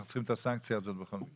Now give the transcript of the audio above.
אנחנו צריכים את הסנקציה הזאת בכל מקרה.